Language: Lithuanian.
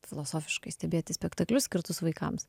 filosofiškai stebėti spektaklius skirtus vaikams